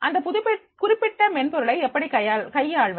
அந்தக் குறிப்பிட்ட மென்பொருளை எப்படி கையாள்வது